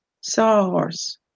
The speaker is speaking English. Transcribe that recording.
sawhorse